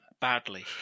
badly